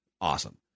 awesome